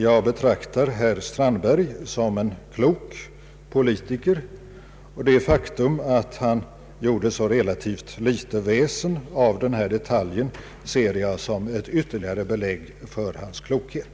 Jag betraktar herr Strandberg som en klok politiker. Det faktum att han gjorde så relativt litet väsen av den detalj det här gäller ser jag som ett ytterligare belägg för hans klokhet.